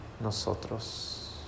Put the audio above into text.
nosotros